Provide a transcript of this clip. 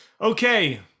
Okay